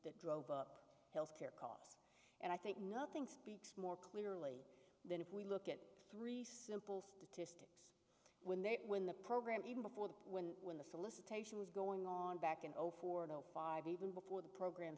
that drove up health care costs and i think nothing speaks more clearly than if we look at the simple statistics when they when the program even before the when when the solicitation was going on back in zero four and zero five even before the program